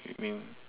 it mean